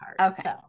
Okay